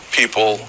people